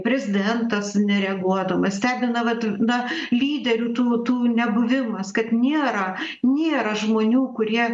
prezidentas nereaguodamas stebina vat na lyderių tų tų nebuvimas kad nėra nėra žmonių kurie